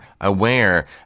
aware